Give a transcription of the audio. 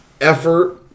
effort